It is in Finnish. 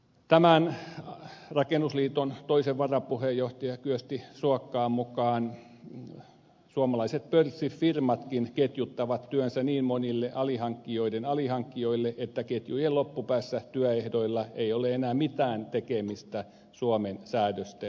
tämän rakennusliiton toisen varapuheenjohtajan kyösti suokkaan mukaan suomalaiset pörssifirmatkin ketjuttavat työnsä niin monille alihankkijoiden alihankkijoille että ketjujen loppupäässä työehdoilla ei ole enää mitään tekemistä suomen säädösten kanssa